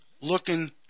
looking